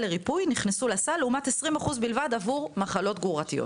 לריפוי נכנסות לסל לעומת 20% בלבד למחלות גרורתיות,